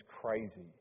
crazy